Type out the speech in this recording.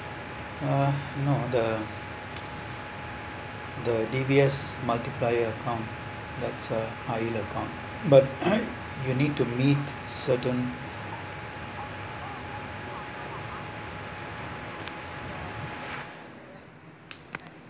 uh no the the D_B_S multiplier account that's a high yield account but you need to meet certain